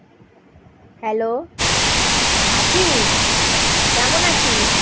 hello সাথী কেমন আছিস